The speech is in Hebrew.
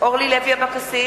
אורלי לוי אבקסיס,